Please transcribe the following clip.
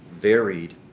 varied